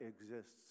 exists